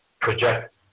project